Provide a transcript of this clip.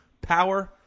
power